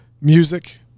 music